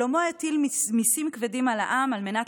שלמה הטיל מיסים כבדים על העם על מנת